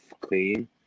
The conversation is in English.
clean